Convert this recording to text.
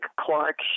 Clark